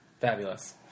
Fabulous